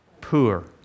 poor